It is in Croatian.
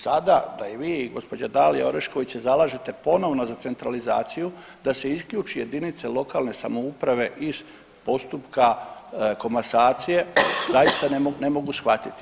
I sada da i vi i gospođa Dalija Orešković se zalažete ponovno za centralizaciju da se isključi jedinice lokalne samouprave iz postupka komasacije zaista ne mogu shvatiti.